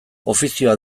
ofizioa